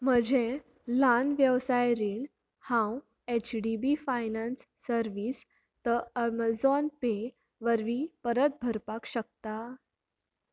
म्हजें ल्हान वेवसाय रीण हांव एच डी बी फायनान्स सर्वीसींत अमेझॉन पे वरवीं परत भरपाक शकता